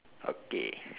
okay